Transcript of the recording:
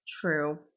True